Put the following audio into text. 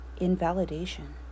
Invalidation